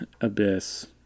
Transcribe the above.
Abyss